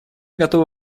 готова